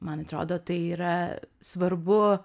man atrodo tai yra svarbu